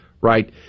right